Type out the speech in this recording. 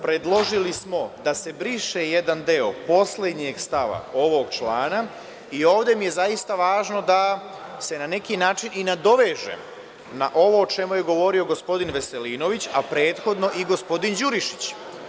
Predložili smo da se briše jedan deo poslednjeg stava ovog člana i ovde mi je zaista važno da se na neki način nadovežem na ovo o čemu je govorio gospodin Veselinović, a prethodno i gospodin Đurišić.